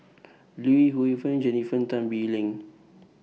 Li Hui Fen Jennifer Tan Bee Leng